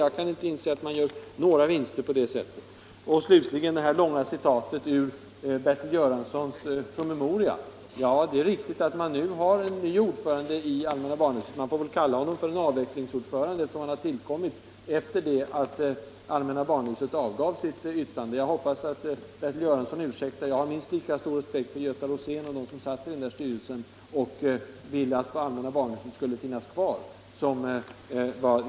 Jag kan inte inse att man kan få några vinster på det sättet. Slutligen läste herr Karlsson upp det där långa citatet ur Bertil Göranssons långa promemoria. Det är riktigt att man nu har en ny ordförande i allmänna barnhuset, men man får väl kalla honom för en avvecklingsordförande, eftersom han har tillkommit efter det att allmänna barnhuset avgivit sitt yttrande. Jag hoppas att Bertil Göransson ursäktar om jag säger au jag har minst lika stor respekt för Göta Rosén och dem som förut satt i den där styrelsen och som ville att allmänna barnhuset skulle få finnas kvar.